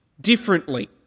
differently